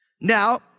Now